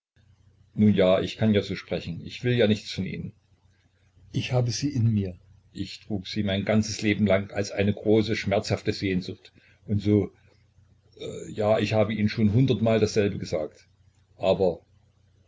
nun ja ich kann ja so sprechen ich will ja nichts von ihnen ich habe sie in mir ich trug sie mein ganzes leben lang als eine große schmerzhafte sehnsucht und so ja ich habe ihnen schon hundert mal dasselbe gesagt aber